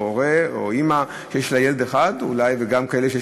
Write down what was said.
או הורה או אימא שיש לה ילד אחד לאלה שיש